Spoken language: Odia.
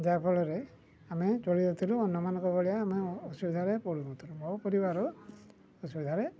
ଯାହାଫଳରେ ଆମେ ଚଳିଯାଉଥିଲୁ ଅନ୍ୟମାନଙ୍କ ଭଳିଆ ଆମେ ଅସୁବିଧାରେ ପଡ଼ୁନଥିଲୁ ମୋ ପରିବାର ଅସୁବିଧାରେ